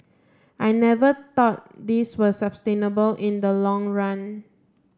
I never thought this was sustainable in the long run